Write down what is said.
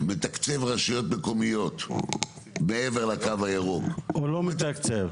מתקצב רשויות מקומיות מעבר לקו הירוק --- הוא לא מתקצב.